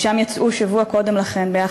שמשם יצאו שבוע קודם לכן ונחטפו,